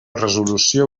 resolució